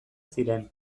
ziren